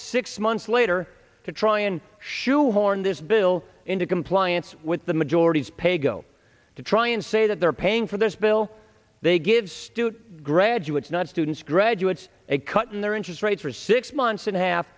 six months later to try and shoehorn this bill into compliance with the majority's pay go to try and say that they're paying for this bill they give student graduates non students graduates a cut in their interest rate for six months and half